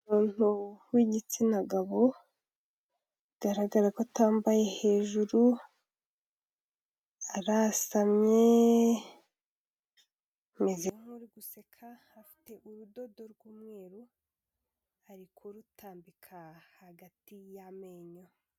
Umuntu w'igitsina gabo bigaragara ko atambaye hejuru, arasamye ameze nkuri guseka afite urudodo rw'umweru arikurutambika hagati y'amenyo.